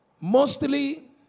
mostly